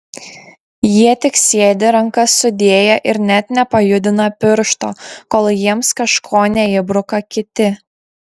jie tik sėdi rankas sudėję ir net nepajudina piršto kol jiems kažko neįbruka kiti